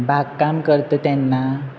बाग काम करता तेन्ना